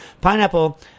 Pineapple